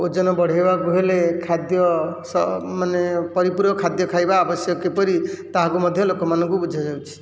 ଓଜନ ବଢ଼େଇବାକୁ ହେଲେ ଖାଦ୍ୟ ସ ମାନେ ପରିପୂରକ ଖାଦ୍ୟ ଖାଇବା ଆବଶ୍ୟକ କିପରି ତାହାକୁ ମଧ୍ୟ ଲୋକମାନଙ୍କୁ ବୁଝାଯାଉଛି